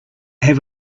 have